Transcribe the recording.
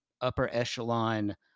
upper-echelon